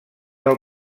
del